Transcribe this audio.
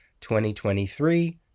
2023